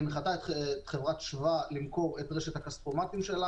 שהנחתה את חברת שב"א למכור את רשת הכספומטים שלה,